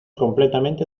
completamente